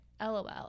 LOL